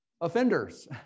offenders